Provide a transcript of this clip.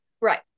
Right